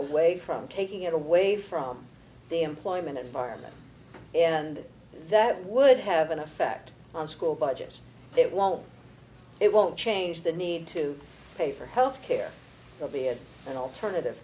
away from taking it away from the employment environment and that would have an effect on school budgets it won't it won't change the need to pay for health care of the as an alternative